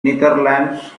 netherlands